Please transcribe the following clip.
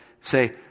say